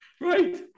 Right